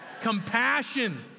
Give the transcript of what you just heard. Compassion